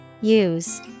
Use